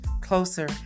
closer